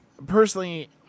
Personally